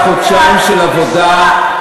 לאחר חודשיים של עבודה,